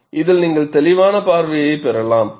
இதில் நீங்கள் தெளிவான பார்வையைப் பெறலாம்